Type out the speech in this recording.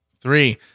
three